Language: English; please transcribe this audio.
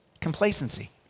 Complacency